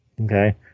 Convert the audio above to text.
okay